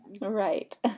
Right